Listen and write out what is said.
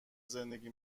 زندگی